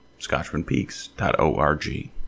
scotchmanpeaks.org